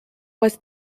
was